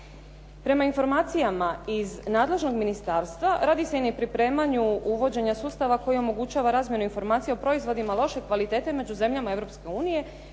Prema informacijama iz nadležnog ministarstva, radi se na pripremanju uvođenja sustava koji omogućava razmjenu informacija o proizvodima loše kvalitete među zemljama